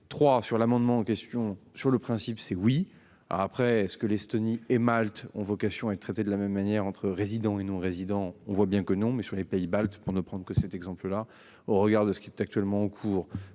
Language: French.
3 sur l'amendement en question sur le principe c'est oui après ce que l'Estonie et Malte ont vocation à être traités de la même manière entre résidents et non-résidents. On voit bien que non mais sur les pays baltes pour ne prendre que cet exemple là au regard de ce qui est actuellement en cours